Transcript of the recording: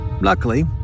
Luckily